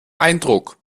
eindruck